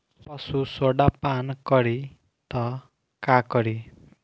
पशु सोडा पान करी त का करी?